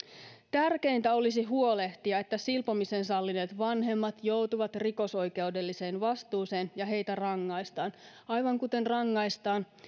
tärkeintä olisi huolehtia että silpomisen sallineet vanhemmat joutuvat rikosoikeudelliseen vastuuseen ja että heitä rangaistaan aivan kuten rangaistaan